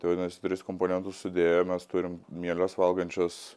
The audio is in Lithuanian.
tai vadinasi tris komponentus sudėję mes turim mieles valgančias